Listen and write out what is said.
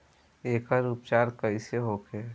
एकर उपचार कईसे होखे?